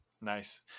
Nice